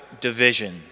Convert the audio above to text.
division